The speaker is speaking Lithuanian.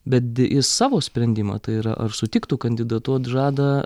bet į savo sprendimą tai yra ar sutiktų kandidatuoti žada